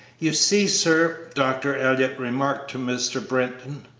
you see, sir, dr. elliott remarked to mr. britton,